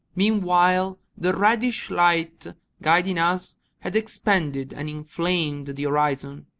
meanwhile the reddish light guiding us had expanded and inflamed the horizon.